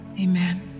Amen